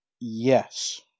Yes